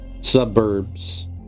suburbs